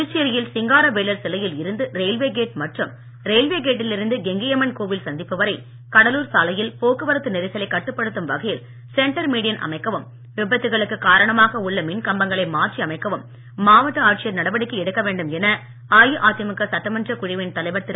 புதுச்சேரியில் சிங்கார வேலர் சிலையில் இருந்து ரயில்வே கேட் மற்றும் ரயில்வே கேட்டில் இருந்து கெங்கையம்மன் கோவில் சந்திப்பு வரை கடலூர் சாலையில் போக்கு வரத்து நெரிசலை கட்டுப்படுத்தும் வகையில் சென்டர் மீடியன் அமைக்கவும் விபத்துக்கு காரணமாக உள்ள மின் கம்பங்களை மாற்றி அமைக்கவும் மாவட்ட ஆட்சியர் நடவடிக்கை எடுக்க வேண்டும் என அஇஅதிமுக சட்டமன்றக் குழுவின் தலைவர் திரு